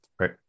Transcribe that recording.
right